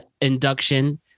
induction